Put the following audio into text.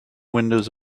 windows